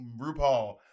RuPaul